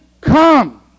come